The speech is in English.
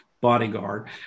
bodyguard